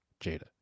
Jada